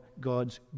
God's